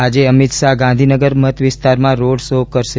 આજે અમીત શાહ ગાંધીનગર મતવિસ્તારમાં road show કરશે